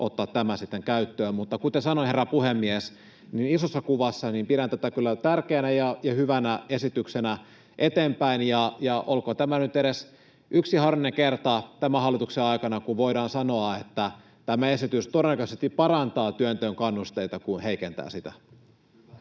osalta tämä sitten otetaan käyttöön? Kuten sanoin, herra puhemies, isossa kuvassa pidän tätä kyllä tärkeänä ja hyvänä esityksenä eteenpäin. Olkoon tämä nyt edes yksi harvinainen kerta tämän hallituksen aikana, kun voidaan sanoa, että tämä esitys todennäköisemmin parantaa työnteon kannusteita kuin heikentää niitä.